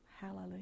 Hallelujah